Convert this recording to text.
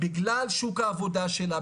בגלל שוק העבודה שלה,